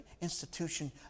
institution